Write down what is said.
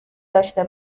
داشته